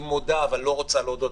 היא מודה אבל לא רוצה להודות,